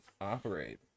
operate